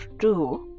two